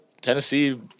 Tennessee